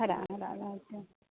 हरा हरा भए जेतै